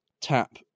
tap